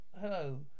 hello